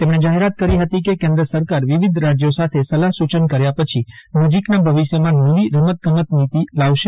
તેમણે જાહેરાત કરી હતી કે કેન્દ્ર સરકાર વિવિધ રાજ્યો સાથે સલાહ સૂચન કર્યા પછી નજીકના ભવિષ્યમાં નવી રમતગમત નીતી આવશે